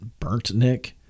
Burntnick